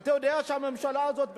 אתה יודע שהממשלה הזאת,